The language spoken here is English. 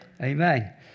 Amen